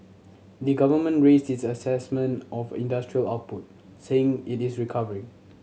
the government raised its assessment of industrial output saying it is recovering